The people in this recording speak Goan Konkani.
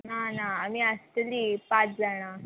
ना ना आमी आसतली पांच जाणां